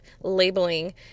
labeling